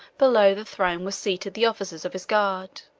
below the throne were seated the officers of his guards,